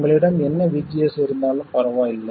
உங்களிடம் என்ன VGS இருந்தாலும் பரவாயில்லை